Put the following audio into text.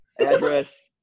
address